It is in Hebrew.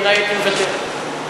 אם הייתם שואלים אותי אולי הייתי מוותר.